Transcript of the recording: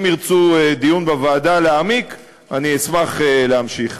אם ירצו דיון בוועדה, להעמיק, אני אשמח להמשיך.